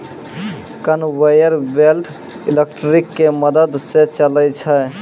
conveyor belt electric के मदद स चलै छै